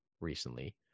recently